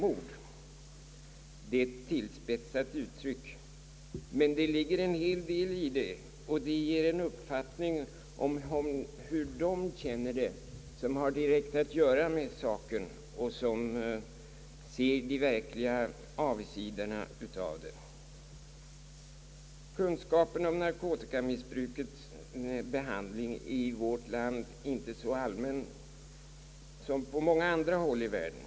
Uttrycket är tillspetsat, men det ligger en hel del i vad han säger; och det ger en uppfattning om hur de känner det, som har direkt att göra med saken och som ser de verkliga avigsidorna i sammanhanget. Kunskapen om narkotikamissbrukets behandling är i vårt land inte så allmän som på många andra håll i världen.